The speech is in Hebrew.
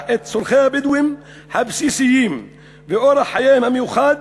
את צורכי הבדואים הבסיסיים ואורח חייהם המיוחד,